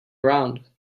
around